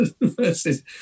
versus